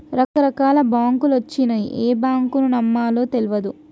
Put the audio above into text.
రకరకాల బాంకులొచ్చినయ్, ఏ బాంకును నమ్మాలో తెల్వదు